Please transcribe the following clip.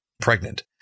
Pregnant